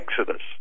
Exodus